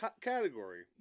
category